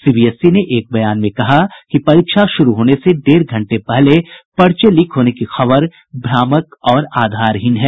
CBSE ने एक बयान में कहा कि परीक्षा शुरू होने से डेढ़ घंटे पहले पर्चे लीक होने की खबर भ्रामक और आधारहीन है